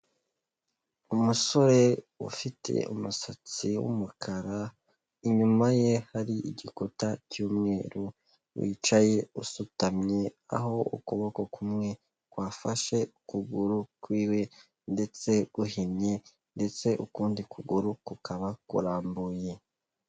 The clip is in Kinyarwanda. Umusore ufite umusatsi w'umukara, inyuma ye hari igikuta cy'umweru, wicaye usutamye, aho ukuboko kumwe kwafashe ukuguru ku iwe ndetse guhinnye ndetse ukundi kuguru kukaba kurambuye.